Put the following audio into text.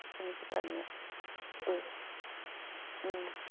जोंनि भुटाननिया